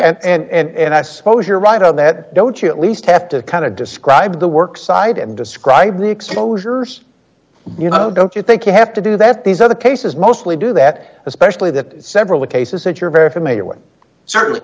help and i suppose you're right on that don't you at least have to kind of describe the work side and describe the exposures you know don't you think you have to do that these other cases mostly do that especially the several cases that you're very familiar with certainly